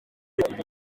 ibi